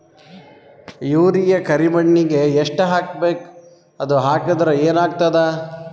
Urea ಕರಿಮಣ್ಣಿಗೆ ಎಷ್ಟ್ ಹಾಕ್ಬೇಕ್, ಅದು ಹಾಕದ್ರ ಏನ್ ಆಗ್ತಾದ?